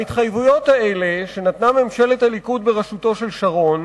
ההתחייבויות האלה שנתנה ממשלת הליכוד בראשותו של שרון